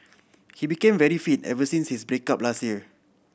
he became very fit ever since his break up last year